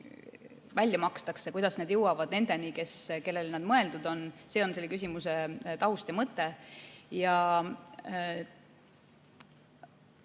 välja makstakse, kuidas need jõuavad nendeni, kellele need mõeldud on, see on selle küsimuse taust ja mõte.